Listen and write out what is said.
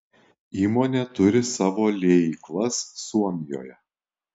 įmonė turi savo liejyklas suomijoje